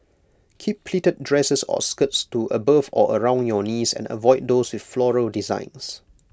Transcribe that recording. keep pleated dresses or skirts to above or around your knees and avoid those with floral designs